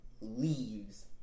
leaves